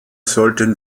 sollten